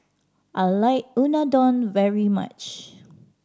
I like Unadon very much